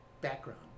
background